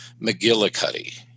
McGillicuddy